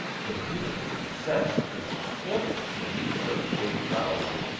the beautiful prin cess is sporting beneath those shady bovvers,